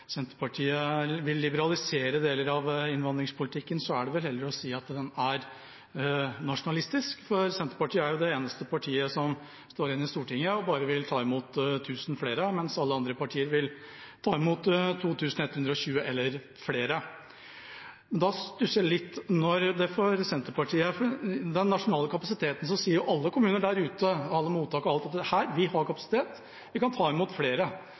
Senterpartiet vil liberalisere deler av innvandringspolitikken, er det vel heller å si at den er nasjonalistisk, for Senterpartiet er det eneste partiet som står igjen i Stortinget og bare vil ta imot 1 000 flere, mens alle andre partier vil ta imot 2 120, eller flere. Da stusser jeg litt på Senterpartiet, for når det gjelder den nasjonale kapasiteten, sier alle kommuner der ute, alle mottak og alle, at de har kapasitet, at de kan ta imot flere.